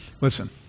Listen